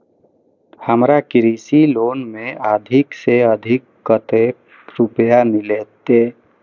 हमरा कृषि लोन में अधिक से अधिक कतेक रुपया मिलते?